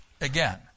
Again